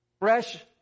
fresh